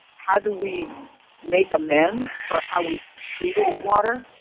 how do we make amends for how we've treated the water?